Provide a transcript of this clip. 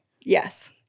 Yes